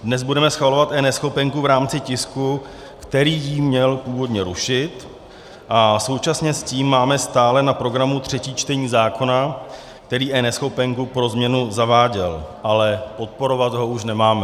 Dnes budeme schvalovat eNeschopenku v rámci tisku, který ji měl původně rušit, a současně s tím máme stále na programu třetí čtení zákona, který eNeschopenku pro změnu zaváděl, ale podporovat ho už nemáme.